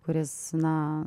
kuris na